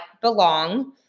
belong